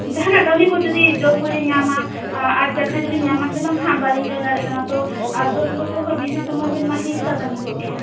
ᱡᱟᱦᱟᱱᱟᱜ ᱠᱟᱹᱢᱤ ᱠᱚ ᱡᱚᱫᱤ ᱡᱚᱵ ᱠᱩᱞᱤᱧ ᱧᱟᱢᱟ ᱟᱨ ᱪᱟᱹᱠᱨᱤ ᱫᱩᱞᱤᱧ ᱧᱟᱢ ᱟᱥᱮ ᱵᱟᱝ ᱦᱟᱜ ᱵᱟᱹᱞᱤᱧ ᱞᱟᱹᱭ ᱫᱟᱲᱮᱠᱟᱱᱟ ᱛᱳ ᱟᱨ ᱫᱚᱥ ᱵᱚᱪᱷᱚᱨ ᱠᱷᱚᱱ ᱵᱤᱥᱤ ᱥᱚᱢᱚᱭ ᱵᱮᱱ ᱮᱢᱟ ᱟᱹᱞᱤᱧ ᱠᱷᱟᱱ ᱵᱷᱟᱹᱜᱤ ᱠᱚᱜ ᱠᱮᱭᱟ